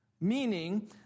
meaning